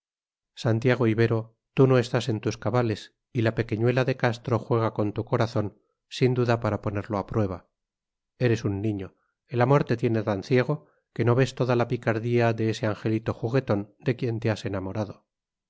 santiago ibero tú no estás en tus cabales y la pequeñuela de castro juega con tu corazón sin duda para ponerlo a prueba eres un niño el amor te tiene tan ciego que no ves toda la picardía de ese angelito juguetón de quien te has enamorado